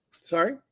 Sorry